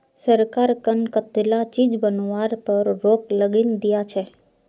सरकार कं कताला चीज बनावार पर रोक लगइं दिया छे